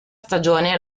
stagione